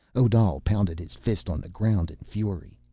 odal pounded his fist on the ground in fury.